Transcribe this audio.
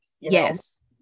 yes